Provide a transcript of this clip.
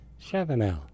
Chavanel